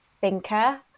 thinker